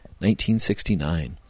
1969